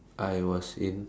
I was in